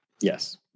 Yes